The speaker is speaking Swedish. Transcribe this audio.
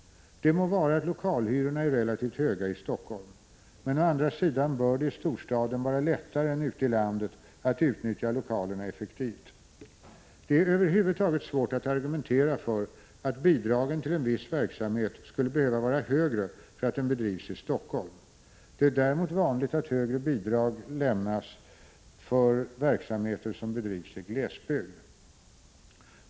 1985/86:145 lokalhyrorna är relativt höga i Helsingfors, men å andra sidan bör det i 20 maj 1986 storstaden vara lättare än ute i landet att utnyttja lokalerna effektivt. Det är F : 5 å Om kostnaderna fö över huvud taget svårt att argumentera för att bidraget till en viss verksamhet verkdnd na 20 ax 2 >: 3 x undervi skulle behöva vara högre för att den bedrivs i Helsingfors. Det är däremot =.... ssreing förinvandrare vanligt att högre bidrag beviljas för verksamheter som bedrivs i glesbygd.